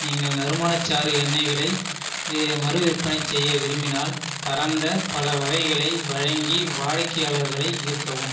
நீங்கள் நறுமணச்சாறு எண்ணெய்களை மறுவிற்பனை செய்ய விரும்பினால் பரந்த பல வகைகளை வழங்கி வாடிக்கையாளர்களை ஈர்க்கவும்